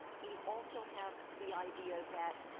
you also have the idea that